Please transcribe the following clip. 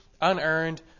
unearned